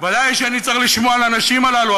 ודאי שאני צריך לשמוע לאנשים הללו,